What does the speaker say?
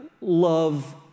love